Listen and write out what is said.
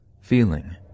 feeling